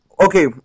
okay